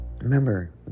Remember